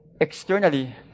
externally